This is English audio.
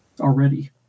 already